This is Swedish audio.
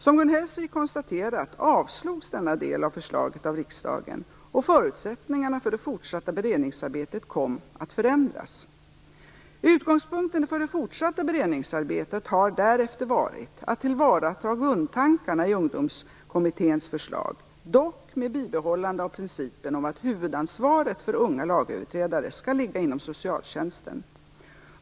Som Gun Hellsvik konstaterat avslogs denna del av förslaget av riksdagen och förutsättningarna för det fortsatta beredningsarbetet kom att förändras. Utgångspunkten för det fortsatta beredningsarbetet har därefter varit att tillvarata grundtankarna i Ungdomskommitténs förslag, dock med bibehållande av principen om att huvudansvaret för unga lagöverträdare skall ligga inom socialtjänsten.